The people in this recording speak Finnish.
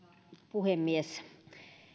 puhemies